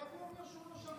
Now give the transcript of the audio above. איך הוא אומר שהוא לא שמע